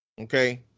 Okay